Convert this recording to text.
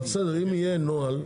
אבל אם יהיה נוהל,